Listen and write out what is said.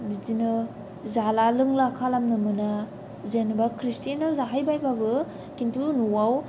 बिदिनो जाला लोंला खालामनो मोना जेनबा ख्रिष्टानाव जाहैबोयब्लाबो खिन्थु न'आव